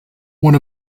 one